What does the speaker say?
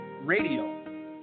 Radio